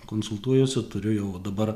konsultuojuosi turiu jau dabar